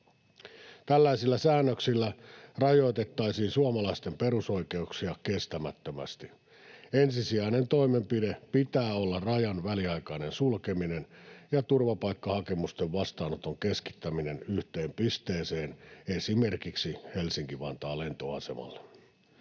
Tällaisilla säännöksillä rajoitettaisiin suomalaisten perusoikeuksia kestämättömästi. Ensisijainen toimenpide pitää olla rajan väliaikainen sulkeminen ja turvapaikkahakemusten vastaanoton keskittäminen yhteen pisteeseen, esimerkiksi Helsinki-Vantaan lentoasemalle.